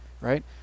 right